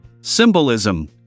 Symbolism